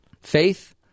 Faith